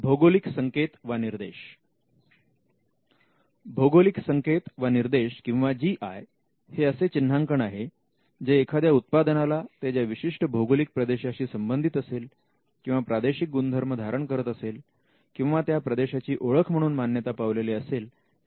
भौगोलिक संकेत निर्देश किंवा जी आय् हे असे चिन्हांकन आहे जे एखाद्या उत्पादनाला ते ज्या विशिष्ट भौगोलिक प्रदेशाशी संबंधित असेल किंवा प्रादेशिक गुणधर्म धारण करत असेल किंवा त्या प्रदेशाची ओळख म्हणून मान्यता पावलेले असेल त्यावरून दिले जाते